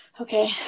Okay